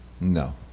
No